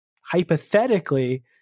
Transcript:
hypothetically